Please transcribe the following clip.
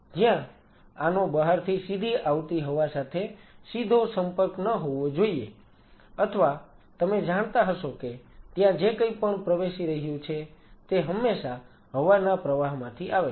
જ્યાં આનો બહારથી સીધી આવતી હવા સાથે સીધો સંપર્ક ન હોવો જોઈએ અથવા તમે જાણતા હશો કે ત્યાં જે કઈ પણ પ્રવેશ કરી રહ્યું છે તે હંમેશા હવાના પ્રવાહમાંથી આવે છે